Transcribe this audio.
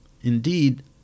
Indeed